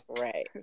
Right